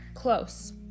Close